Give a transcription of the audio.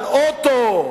על אוטו,